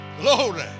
Glory